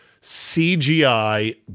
CGI